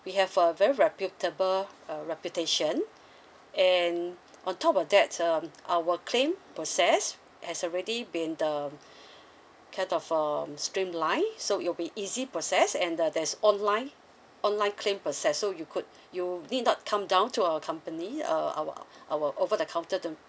we have a very reputable uh reputation and on top of that um our claim process has already been the um kind of um streamlined so it'll be easy process and uh there's online online claim process so you could you need not come down to our company uh our our over the counter to